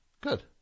Good